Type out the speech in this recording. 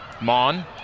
Mon